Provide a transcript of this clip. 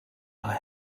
are